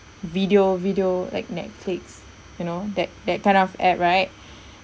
video video like netflix you know that that kind of app right